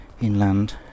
inland